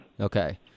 Okay